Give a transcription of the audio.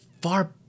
far